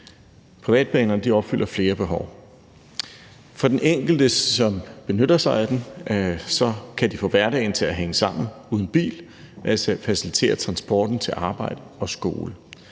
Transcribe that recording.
Privatbanerne opfylder flere behov. For den enkelte, som benytter sig af dem, kan de få hverdagen til at hænge sammen uden bil, altså facilitere transporten til arbejde og skole.